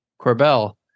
Corbell